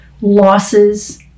losses